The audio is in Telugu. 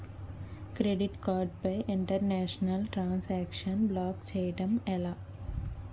క్రెడిట్ కార్డ్ పై ఇంటర్నేషనల్ ట్రాన్ సాంక్షన్ బ్లాక్ చేయటం ఎలా?